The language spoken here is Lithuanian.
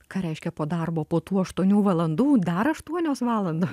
ką reiškia po darbo po tų aštuonių valandų dar aštuonios valando